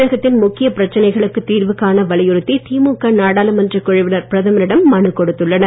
தமிழகத்தின் முக்கியப் பிரச்சனைகளுக்கு தீர்வுகாண வலியுறுத்தி திமுக நாடாளுமன்ற குழுவினர் பிரதமரிடம் மனு கொடுத்துள்ளனர்